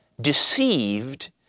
deceived